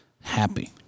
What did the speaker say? Happy